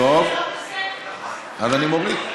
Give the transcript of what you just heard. טוב, אז אני מוריד.